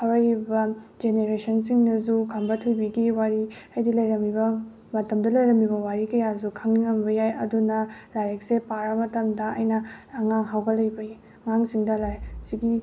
ꯍꯧꯔꯛꯏꯕ ꯖꯦꯅꯔꯦꯁꯟꯁꯤꯡꯅꯁꯨ ꯈꯝꯕ ꯊꯣꯏꯕꯤꯒꯤ ꯋꯥꯔꯤ ꯍꯥꯏꯗꯤ ꯂꯩꯔꯝꯃꯤꯕ ꯇꯝꯗꯨꯗ ꯂꯩꯔꯝꯃꯤꯕ ꯋꯥꯔꯤ ꯀꯌꯥꯁꯨ ꯈꯪꯅꯤꯡꯍꯟꯕ ꯌꯥꯏ ꯑꯗꯨꯅ ꯂꯥꯏꯔꯤꯛꯁꯦ ꯄꯥꯔ ꯃꯇꯝꯗ ꯑꯩꯅ ꯑꯉꯥꯡ ꯍꯧꯒꯠꯂꯛꯏꯕ ꯑꯉꯥꯡꯁꯤꯡꯗ ꯂꯥꯏꯔꯤꯛꯁꯤꯒꯤ